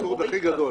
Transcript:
האבסורד הכי גדול.